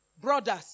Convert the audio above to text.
brothers